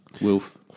Wolf